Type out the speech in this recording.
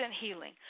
healing